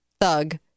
thug